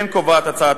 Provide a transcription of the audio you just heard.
כן קובעת הצעת